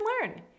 learn